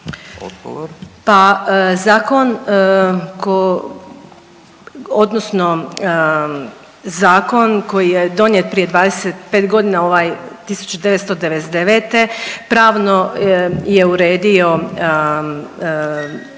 odnosno koji je donijet prije 25 godina ovaj 1999. pravno je uredio